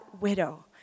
widow